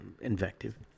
invective